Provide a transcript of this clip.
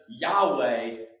Yahweh